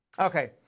Okay